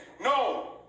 No